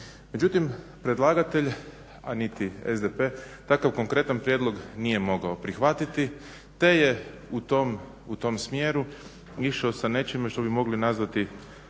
Međutim predlagatelja a niti SDP, dakle u konkretnom prijedlog nije mogao prihvatiti te je u tom smjeru išao sa nečime što bi mogli nazvati